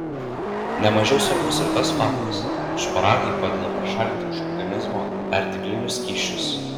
ne mažiau svarbus ir tas faktas kad šparagai padeda pašalinti iš organizmo perteklinius skysčius